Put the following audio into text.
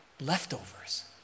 leftovers